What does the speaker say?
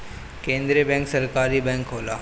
केंद्रीय बैंक सरकारी बैंक होला